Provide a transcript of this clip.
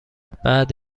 بعد